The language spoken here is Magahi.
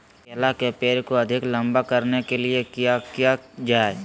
केला के पेड़ को अधिक लंबा करने के लिए किया किया जाए?